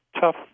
tough